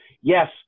Yes